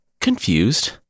Confused